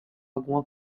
alguma